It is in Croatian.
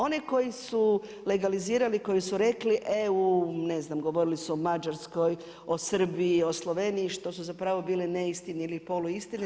Oni koji su legalizirali, koji su rekli EU ne znam govorili su o Mađarskoj, o Srbiji, o Sloveniji što su zapravo bile neistine ili poluistine.